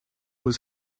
was